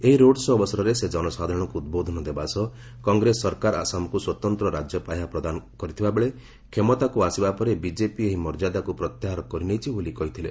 ଏହି road show' ଅବସରରେ ସେ ଜନସାଧାରଣଙ୍କୁ ଉଦ୍ବୋଧନ ଦେବା ସହ କଂଗ୍ରେସ ସରକାର ଆସାମକୁ ସ୍ୱତନ୍ତ ରାଜ୍ୟ ପାହ୍ୟା ପ୍ରଦାନ କରିଥିବା ବେଳେ କ୍ଷମତାକୁ ଆସିବା ପରେ ବିଜେପି ଏହି ମର୍ଯ୍ୟାଦାକୁ ପ୍ରତ୍ୟାହାର କରିନେଇଛି ବୋଲି କହିଥିଲେ